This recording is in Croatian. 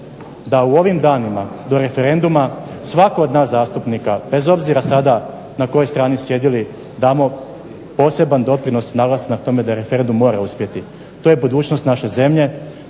da u ovim danima do referenduma svatko od nas zastupnika bez obzira na kojoj strani sjedili damo poseban doprinos … da referendum mora uspjeti. To je budućnost naše zemlje,